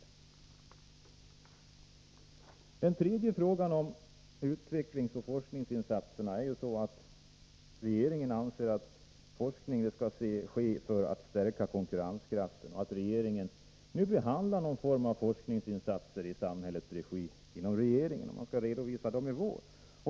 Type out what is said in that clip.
I vad gäller den tredje frågan, om utvecklingsoch forskningsinsatserna, anser regeringen att forskning skall bedrivas med inriktning på förstärkning av konkurrenskraften. Det understryks att regeringen nu behandlar någon form av forskningsinsatser i samhällets regi, som skall redovisas i vår.